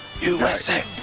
USA